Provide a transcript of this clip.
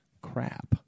crap